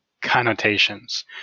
connotations